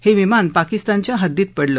हे विमान पाकिस्तानच्या हद्दीत पडलं